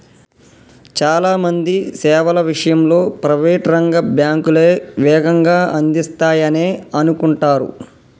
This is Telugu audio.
చాలా మంది సేవల విషయంలో ప్రైవేట్ రంగ బ్యాంకులే వేగంగా అందిస్తాయనే అనుకుంటరు